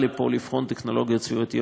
היא באה לפה לבחון טכנולוגיות סביבתיות